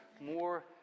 more